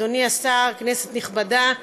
אדוני השר, כנסת נכבדה,